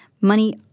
money